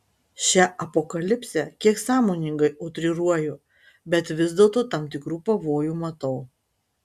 šią apokalipsę kiek sąmoningai utriruoju bet vis dėlto tam tikrų pavojų matau